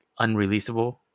unreleasable